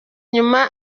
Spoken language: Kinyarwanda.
inyuma